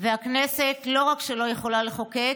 והכנסת לא רק שלא יכולה לחוקק,